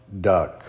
duck